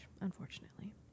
Unfortunately